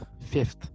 Fifth